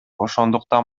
ошондуктан